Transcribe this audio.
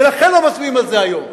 ולכן לא מצביעים על זה היום.